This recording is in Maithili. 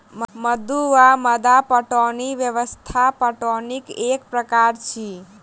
मद्दु वा मद्दा पटौनी व्यवस्था पटौनीक एक प्रकार अछि